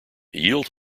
yield